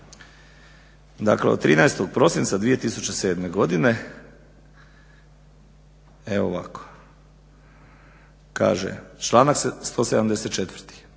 od 13. prosinca 2007. godine. Evo ovako, kaže članak 174.,